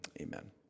Amen